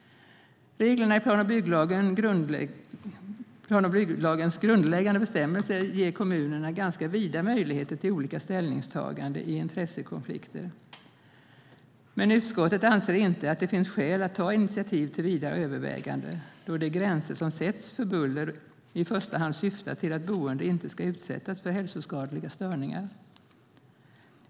Reglerna i plan och bygglagens grundläggande bestämmelser ger kommunerna ganska vida möjligheter till olika ställningstaganden i intressekonflikter. Men utskottet anser inte att det finns skäl att ta initiativ till vidare överväganden då de gränser som sätts för buller i första hand syftar till att boende inte ska utsättas för hälsoskadliga störningar.